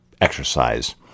exercise